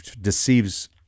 deceives